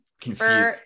confused